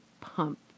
pump